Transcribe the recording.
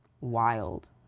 wild